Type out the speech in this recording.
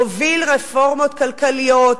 הוביל רפורמות כלכליות,